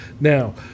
Now